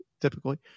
typically